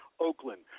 Oakland